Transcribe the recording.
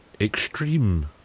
extreme